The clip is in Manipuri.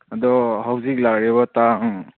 ꯑꯗꯣ ꯍꯧꯖꯤꯛ ꯂꯥꯛꯂꯤꯕ ꯇꯥꯡ ꯎꯝ